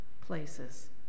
places